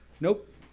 nope